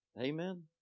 amen